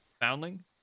Foundling